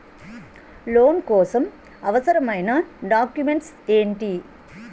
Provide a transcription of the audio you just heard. Loan కోసం అవసరమైన documents ఎంటి?